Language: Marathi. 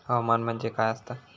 हवामान म्हणजे काय असता?